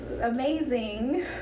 amazing